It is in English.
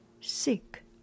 sick